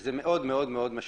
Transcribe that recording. וזה מאוד משפיע.